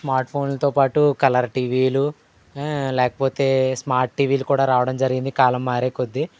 smart ఫోన్లతో పాటు colour టీవీలు లేకపోతే స్మార్ట్ టీవీలు కూడా రావడం జరిగింది కాలం మారేకొద్దీ